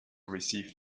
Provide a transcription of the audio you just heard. received